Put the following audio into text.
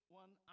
one